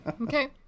Okay